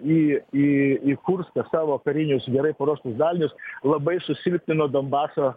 į į į kurską savo karinius gerai paruoštus dalinius labai susilpnino donbaso